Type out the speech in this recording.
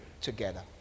together